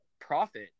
profit